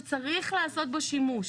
שצריך לעשות בו שימוש.